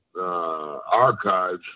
archives